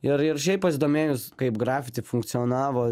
ir ir šiaip pasidomėjus kaip grafiti funkcionavo